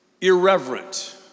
irreverent